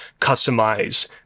customize